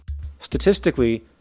Statistically